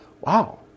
wow